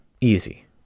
Easy